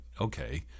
okay